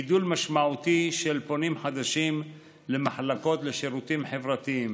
גידול משמעותי של פונים חדשים למחלקות לשירותים חברתיים.